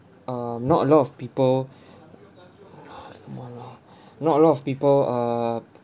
um not a lot of people come on lah not a lot of people err